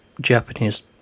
Japanese